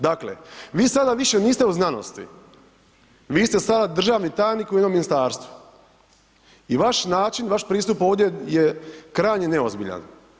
Dakle, vi sada više niste u znanosti, vi ste sada državni tajnik u jednom ministarstvu i vaš način, vaš pristup ovdje je krajnje neozbiljan.